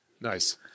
Nice